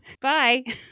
Bye